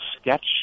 sketch